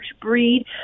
breed